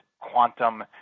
quantum